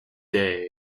day